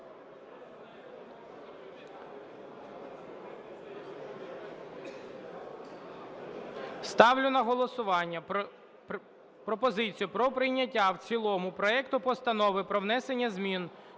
Ставлю на голосування пропозицію про прийняття в цілому проекту Постанови про внесення змін